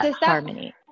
harmony